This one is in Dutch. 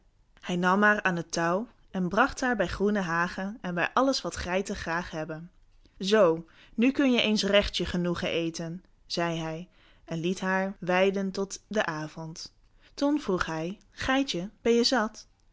hij nam haar aan het touw en bracht haar bij groene hagen en bij alles wat geiten graâg hebben zoo nu kun je eens recht je genoegen eten zei hij en liet haar weiden tot den avond toen vroeg hij geitje ben je zat